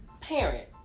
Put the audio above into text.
parent